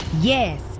Yes